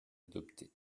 adopté